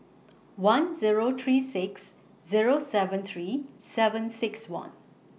one Zero three six Zero seven three seven six one